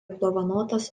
apdovanotas